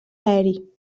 aeri